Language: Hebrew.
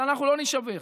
אבל אנחנו לא נישבר.